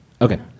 Okay